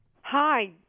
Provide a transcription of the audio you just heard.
Hi